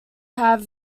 have